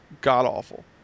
god-awful